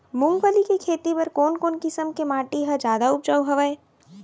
मूंगफली के खेती बर कोन कोन किसम के माटी ह जादा उपजाऊ हवये?